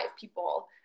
people